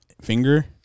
finger